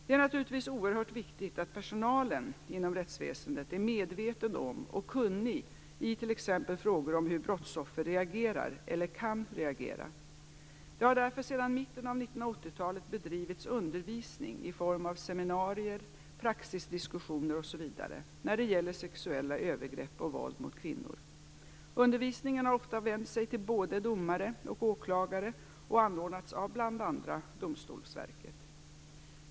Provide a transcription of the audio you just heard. Det är naturligtvis oerhört viktigt att personalen inom rättsväsendet är medveten om och kunnig i t.ex. frågor om hur brottsoffer reagerar eller kan reagera. Det har därför sedan mitten av 1980-talet bedrivits undervisning i form av seminarier, praxisdiskussioner osv. när det gäller sexuella övergrepp och våld mot kvinnor. Undervisningen har ofta vänt sig till både domare och åklagare och anordnats av bl.a. Domstolsverket.